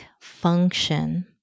function